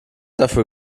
dafür